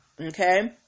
okay